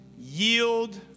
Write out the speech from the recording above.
yield